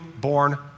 born